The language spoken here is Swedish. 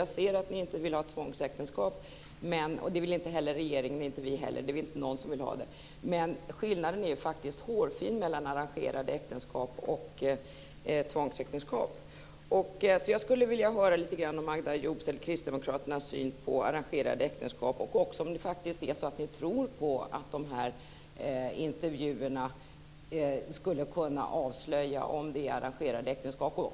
Jag ser att ni inte vill ha tvångsäktenskap - det vill inte heller regeringen och inte vi heller. Det är väl inte någon som vill ha det. Men skillnaden mellan arrangerade äktenskap och tvångsäktenskap är faktiskt hårfin. Jag skulle vilja höra lite grann om Magda Tror ni faktiskt på att de här intervjuerna skulle kunna avslöja ifall det rör sig om arrangerade äktenskap?